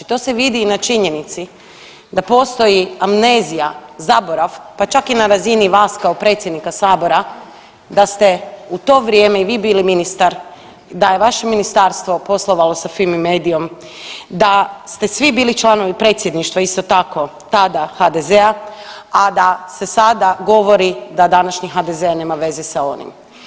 To se vidi i na činjenici da postoji amnezija, zaborav, pa čak i na razini vas kao predsjednika sabora da ste u to vrijeme i vi bili ministar i da je vaše ministarstvo poslovalo sa Fimi-medijom, da ste svi bili članovi predsjedništva isto tako tada HDZ-a, a da se sada govori da današnji HDZ nema veze sa onim.